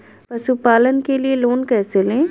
पशुपालन के लिए लोन कैसे लें?